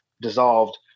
dissolved